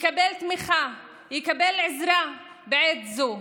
יקבל תמיכה, יקבע עזרה בעת הזאת,